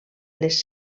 les